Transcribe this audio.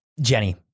Jenny